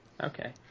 Okay